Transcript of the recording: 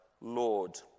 Lord